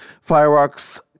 Fireworks